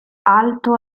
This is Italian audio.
alto